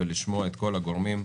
ולשמוע את כל הגורמים,